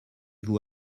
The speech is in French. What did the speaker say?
vous